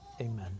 amen